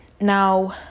now